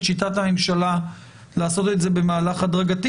שיטת הממשלה לעשות את זה במהלך הדרגתי,